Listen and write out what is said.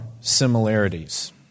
similarities